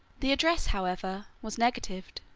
the address, however, was negatived.